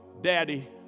Daddy